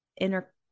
inner